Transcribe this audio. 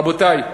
רבותי,